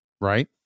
right